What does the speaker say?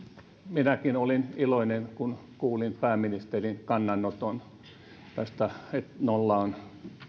minäkin olin iloinen kun kuulin pääministerin kannanoton tästä että nolla on